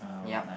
ya